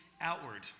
outward